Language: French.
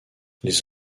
les